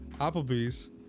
Applebee's